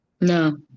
No